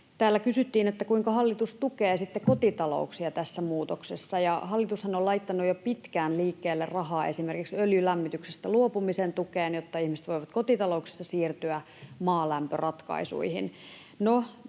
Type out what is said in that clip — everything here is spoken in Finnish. Täällä kysyttiin, kuinka hallitus tukee sitten kotita-louksia tässä muutoksessa, ja hallitushan on laittanut jo pitkään liikkeelle rahaa esimerkiksi öljylämmityksestä luopumisen tukeen, jotta ihmiset voivat kotitalouksissa siirtyä maalämpöratkaisuihin.